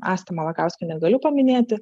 astą malakauskienę galiu paminėti